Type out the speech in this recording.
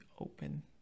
open